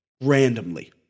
randomly